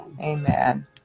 Amen